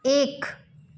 एक